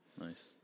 Nice